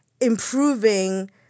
improving